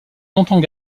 longtemps